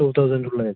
to thousand ഉള്ളത്